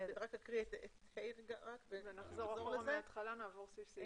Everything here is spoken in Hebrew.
נקריא את סעיף (ה) ואז נחזור אחורה ונעביר סעיף סעיף.